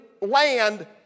land